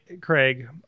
Craig